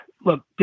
look